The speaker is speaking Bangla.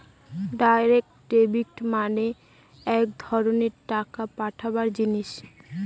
ডাইরেক্ট ডেবিট মানে এক ধরনের টাকা পাঠাবার জিনিস